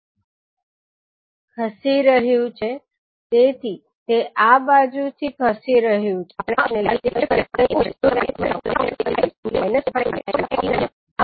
આગળ તમારે બે નો ગુણાકાર લેવો પડશે અને પછી સરવાળો કરો કારણ કે ઈન્ટીગ્રૅશન એ બીજુ કંઈ નહીં પરંતુ ચોક્કસ સમયગાળા દરમિયાન આ બંને સિગ્નલોના ગુણાકાર નો સરવાળો આપે છે